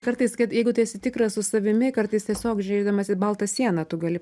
kartais kad jeigu tu esi tikras su savimi kartais tiesiog žiūrėdamas į baltą sieną tu gali